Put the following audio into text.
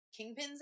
kingpins